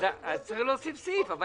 אז צריך להוסיף סעיף.